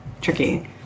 tricky